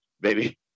baby